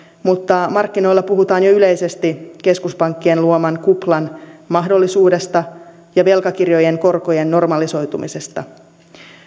mutta markkinoilla puhutaan jo yleisesti keskuspankkien luoman kuplan mahdollisuudesta ja velkakirjojen korkojen normalisoitumisesta